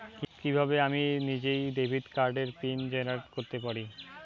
কিভাবে আমি নিজেই ডেবিট কার্ডের পিন জেনারেট করতে পারি?